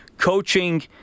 coaching